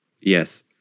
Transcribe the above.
Yes